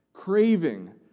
Craving